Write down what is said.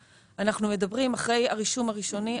אחרי הרישום הראשוני,